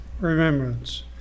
remembrance